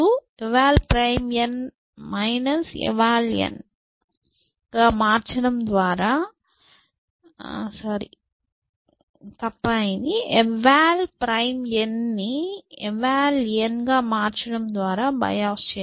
eval prime eval గా మార్చడం ద్వారా బయోస్ చేయవచ్చు